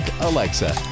Alexa